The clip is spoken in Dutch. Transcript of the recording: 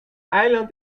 eiland